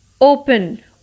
Open